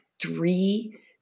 three